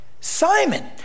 Simon